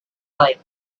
life